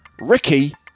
Ricky